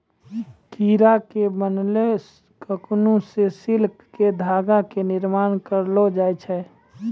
कीड़ा के बनैलो ककून सॅ सिल्क के धागा के निर्माण करलो जाय छै